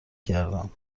گردم